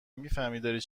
میفهمی